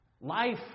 Life